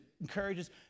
encourages